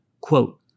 Quote